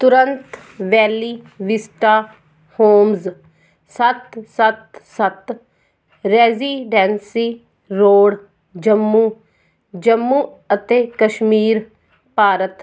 ਤੁਰੰਤ Valley Vista Homes ਸੱਤ ਸੱਤ ਸੱਤ ਰੈਜ਼ੀਡੈਂਸੀ ਰੋਡ ਜੰਮੂ ਜੰਮੂ ਅਤੇ ਕਸ਼ਮੀਰ ਭਾਰਤ